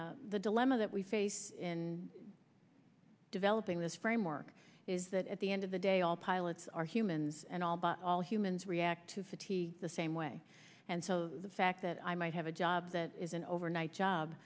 the dilemma that we face in developing this framework is that at the end of the day all pilots are humans and all but all humans react to fatigue the same way and so the fact that i might have a job that is an overnight job